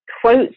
quotes